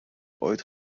ooit